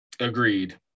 Agreed